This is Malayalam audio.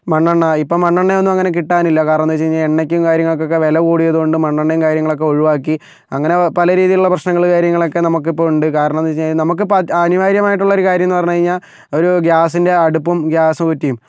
മണ്ണെണ്ണ ഇപ്പം മണ്ണെണ്ണയൊന്നും അങ്ങനെ കിട്ടാനില്ല കാരണെമെന്താണെന്ന് വെച്ച് കഴിഞ്ഞാൽ എണ്ണയ്ക്കും കാര്യങ്ങൾക്കൊക്കെ വില കൂടിയതു കൊണ്ട് മണ്ണെണ്ണയും കാര്യങ്ങളൊക്കെ ഒഴിവാക്കി അങ്ങനെ പല രീതിയിലുള്ള പ്രശ്നങ്ങൾ കാര്യങ്ങളൊക്കെ നമുക്കിപ്പോൾ ഉണ്ട് കാരണം എന്താണെന്ന് വെച്ച് കഴിഞ്ഞാൽ നമുക്കിപ്പം അനിവാര്യമായിട്ടുള്ള ഒരു കാര്യമെന്ന് പറഞ്ഞു കഴിഞ്ഞാൽ ഒരു ഗ്യാസിൻ്റെ അടുപ്പും ഗ്യാസ് കുറ്റിയും